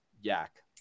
yak